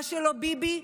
מה שלא ביבי,